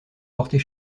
porter